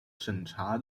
审查